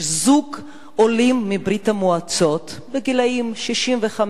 זוג עולים מברית-המועצות, בערך בגיל 65,